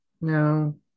no